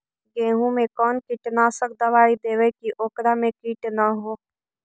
गेहूं में कोन कीटनाशक दबाइ देबै कि ओकरा मे किट न हो?